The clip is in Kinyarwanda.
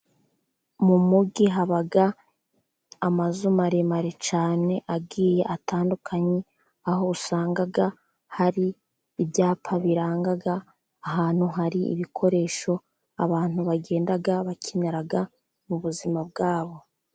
Mu mujyi haba amazu maremare cyane agiye atandukanye, aho usanga hari ibyapa biranga ahantu hari ibikoresho, abantu bagenda bakinira mu buzima bwabo.